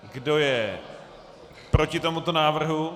Kdo je proti tomuto návrhu?